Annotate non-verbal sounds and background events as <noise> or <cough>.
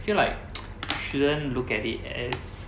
feel like <noise> shouldn't look at it as